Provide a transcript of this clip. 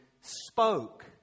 Spoke